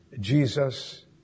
Jesus